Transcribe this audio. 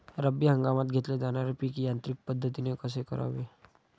रब्बी हंगामात घेतले जाणारे पीक यांत्रिक पद्धतीने कसे करावे?